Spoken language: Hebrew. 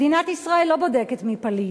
מדינת ישראל לא בודקת מי פליט.